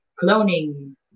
cloning